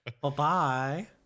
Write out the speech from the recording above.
Bye-bye